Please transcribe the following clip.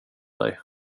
dig